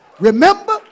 Remember